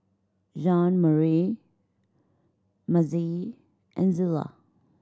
Jeanmarie Mazie and Zela